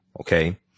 Okay